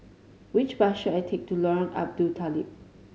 which bus should I take to Lorong Abu Talib